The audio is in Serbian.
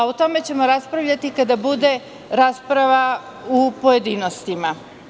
O tome ćemo raspravljati kada bude rasprava u pojedinostima.